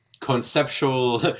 conceptual